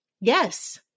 yes